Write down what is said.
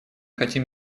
хотим